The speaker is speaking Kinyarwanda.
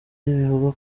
bivugwa